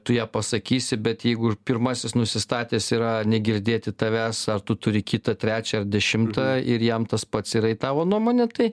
tu ją pasakysi bet jeigu pirmasis nusistatęs yra negirdėti tavęs ar tu turi kitą trečią ar dešimtą ir jam tas pats yra į tavo nuomonę tai